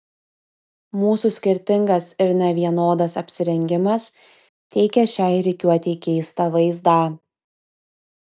mūsų skirtingas ir nevienodas apsirengimas teikė šiai rikiuotei keistą vaizdą